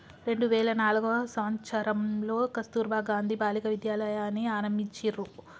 రెండు వేల నాల్గవ సంవచ్చరంలో కస్తుర్బా గాంధీ బాలికా విద్యాలయని ఆరంభించిర్రు